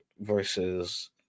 versus